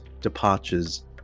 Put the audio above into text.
departures